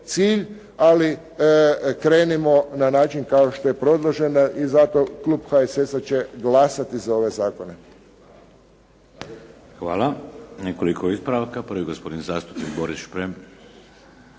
ali krenimo na način kao što je predloženo. I zato klub HSS-a će glasati za ove zakone. **Šeks, Vladimir (HDZ)** Hvala. Nekoliko ispravaka. Prvi gospodin zastupnik Boris Šprem.